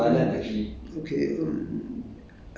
I don't think oh okay I don't know about that